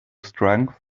strength